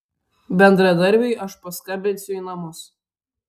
bendradarbiui aš paskambinsiu į namus